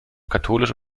katholisch